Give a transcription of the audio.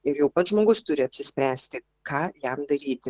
ir jau pats žmogus turi apsispręsti ką jam daryti